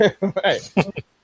Right